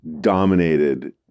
dominated